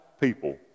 people